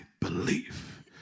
belief